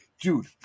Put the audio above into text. dude